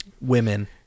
Women